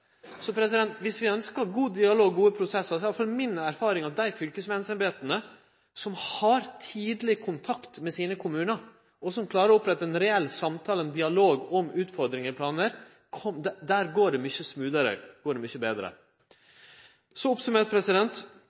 gode prosessar, er iallfall mi erfaring at i dei fylkesmannsembeta som har tidleg kontakt med sine kommunar, og som klarer å opprette ein reell samtale, ein dialog, om utfordringar i planar, går det mykje «smooth»-ere, går det mykje betre. Så oppsummert: